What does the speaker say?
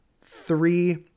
three